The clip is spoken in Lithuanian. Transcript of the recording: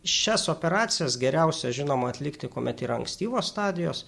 šias operacijas geriausia žinoma atlikti kuomet yra ankstyvos stadijos